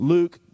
Luke